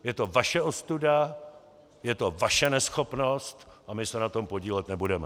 Je to vaše ostuda, je to vaše neschopnost a my se na tom podílet nebudeme.